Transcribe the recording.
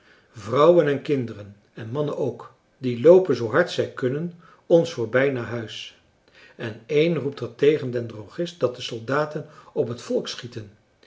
vrouwen en kinderen en mannen ook die loopen zoo hard zij kunnen ons voorbij naar huis en een roept er tegen den drogist dat de soldaten op het volk schieten